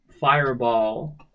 fireball